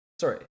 Sorry